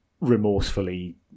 remorsefully